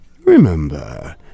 remember